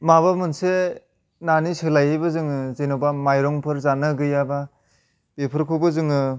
माबा मोनसे नानि सोलायैबो जोङो जेन'बा माइरंफोर जानो गैयाबा बेफोरखौबो जोङो